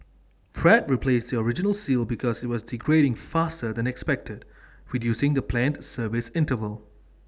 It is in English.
Pratt replaced the original seal because IT was degrading faster than expected reducing the planned service interval